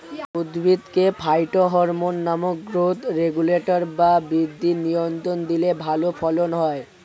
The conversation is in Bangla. উদ্ভিদকে ফাইটোহরমোন নামক গ্রোথ রেগুলেটর বা বৃদ্ধি নিয়ন্ত্রক দিলে ভালো ফলন হয়